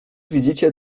widzicie